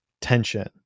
tension